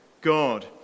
God